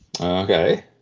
Okay